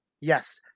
Yes